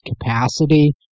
capacity